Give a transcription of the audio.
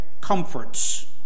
Comforts